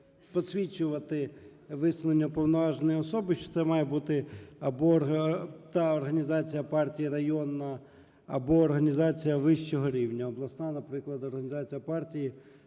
посвідчувати висунення уповноваженої особи, що це має бути або та організація партії районна, або організація вищого рівня. Обласна, наприклад, організація партії